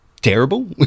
terrible